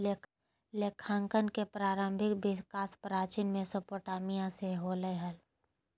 लेखांकन के प्रारंभिक विकास प्राचीन मेसोपोटामिया से होलय हल